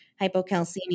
hypocalcemia